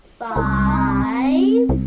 five